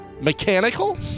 Mechanical